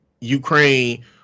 Ukraine